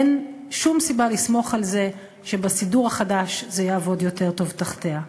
אין שום סיבה לסמוך על זה שבסידור החדש זה יעבוד יותר טוב תחתיה.